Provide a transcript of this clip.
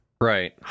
Right